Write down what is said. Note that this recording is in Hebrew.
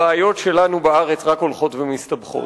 הבעיות שלנו בארץ רק הולכות ומסתבכות.